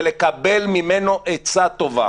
ולקבל ממנו עצה טובה.